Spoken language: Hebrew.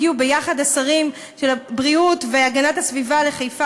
הגיעו ביחד השרים של הבריאות והגנת הסביבה לחיפה,